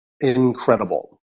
incredible